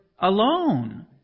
alone